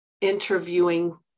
interviewing